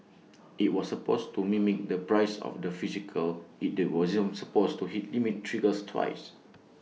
IT was supposed to mimic the price of the physical IT wasn't supposed to hit limit triggers twice